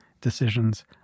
decisions